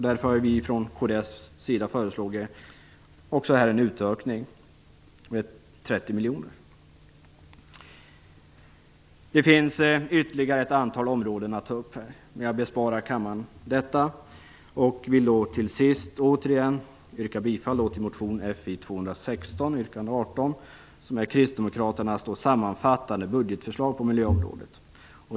Därför föreslår kds också här en utökning, med 30 miljoner. Det finns ytterligare ett antal områden att ta upp, men jag besparar kammaren detta. Jag vill endast yrka bifall till motion Fi216, yrkande 18, som är kristdemokraternas sammanfattande budgetförslag på miljöområdet.